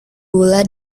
gula